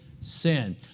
sin